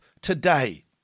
today